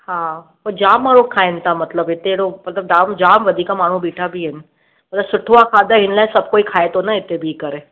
हा पर जाम माण्हू खाइनि था मतलबु हिते अहिड़ो जाम जाम वधीक माण्हू बीठा बि आहिनि मतलबु सुठो आहे खाधा हिन लाइ सभिको खाए थो न हिते बीहु करे